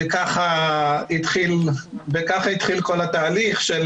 וככה התחיל כל התהליך של